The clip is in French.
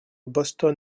boston